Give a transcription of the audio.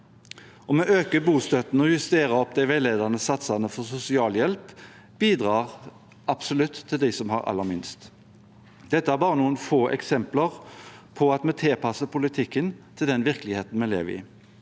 og vi øker bostøtten og justerer opp de veiledende satsene for sosialhjelp. Dette bidrar absolutt til dem som har aller minst. Dette er bare noen få eksempler på at vi tilpasser politikken til den virkeligheten vi lever i.